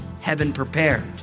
heaven-prepared